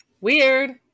weird